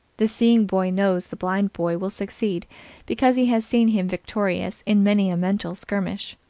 the seeing boy knows the blind boy will succeed because he has seen him victorious in many a mental skirmish.